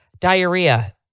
diarrhea